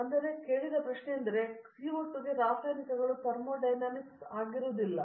ವಿಶ್ವನಾಥನ್ ಈಗ ನಾವು ಕೇಳಿದ ಪ್ರಶ್ನೆಯೆಂದರೆ CO2 ಗೆ ರಾಸಾಯನಿಕಗಳು ಥರ್ಮೋಡೈನಮಿಕ್ ಆಗಿರುವುದಿಲ್ಲ